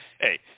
hey